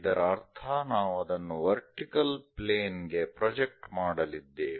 ಇದರ ಅರ್ಥ ನಾವು ಅದನ್ನು ವರ್ಟಿಕಲ್ ಪ್ಲೇನ್ ಗೆ ಪ್ರೊಜೆಕ್ಟ್ ಮಾಡಲಿದ್ದೇವೆ